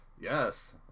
yes